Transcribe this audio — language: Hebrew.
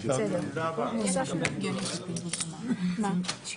16:53.